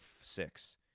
six